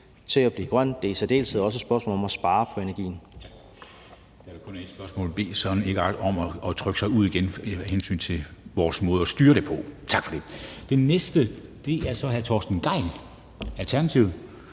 til at blive grøn, det er i særdeleshed også et spørgsmål om at spare på energien.